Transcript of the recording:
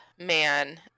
man